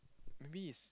maybe is